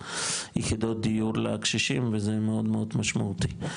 יחידות דיור לקשישים וזה מאוד מאוד משמעותי.